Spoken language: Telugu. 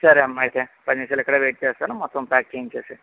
సరేమ్మా అయితే పది నిమిషాలు ఇక్కడే వెయిట్ చేస్తాను మొత్తం ప్యాక్ చేయించేసేయి